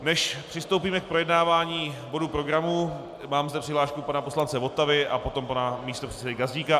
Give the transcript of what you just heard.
Než přistoupíme k projednávání bodů programu mám zde přihlášku pana poslance Votavy a potom pana místopředsedy Gazdíka.